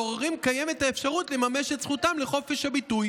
לעוררים קיימת האפשרות לממש את זכותם לחופש הביטוי